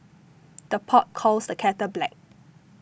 the pot calls the kettle black